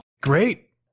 Great